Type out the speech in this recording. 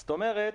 זאת אומרת,